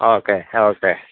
okay okay